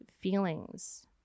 feelings